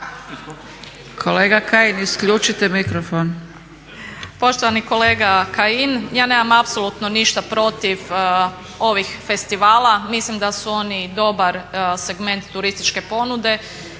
Kolega Kajin, isključite mikrofon.